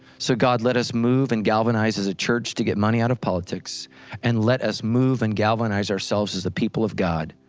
so god let us move and galvanize as a church to get money out of politics and let us move and galvanize ourselves as the people of god.